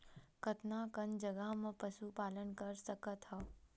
कतका कन जगह म पशु पालन कर सकत हव?